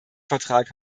vertrag